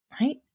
right